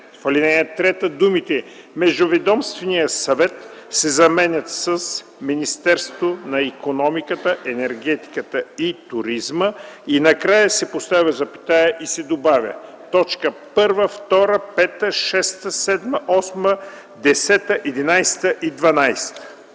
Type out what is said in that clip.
ал. 3 думите „Междуведомствения съвет” се заменят с „Министерството на икономиката, енергетиката и туризма” и накрая се поставя запетая и се добавя „т. 1, 2, 5, 6, 7, 8, 10, 11 и 12”.